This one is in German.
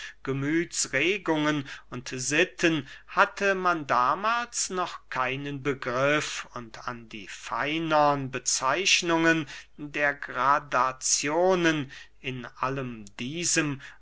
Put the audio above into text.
gemüthsregungen und sitten hatte man damahls noch keinen begriff und an die feinern bezeichnungen der gradazionen in allem diesem